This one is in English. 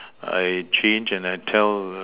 I changed and I tell